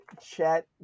Chet